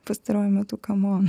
pastaruoju metu kam on